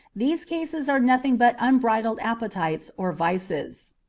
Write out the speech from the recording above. these cases are nothing but unbridled appetites or vices.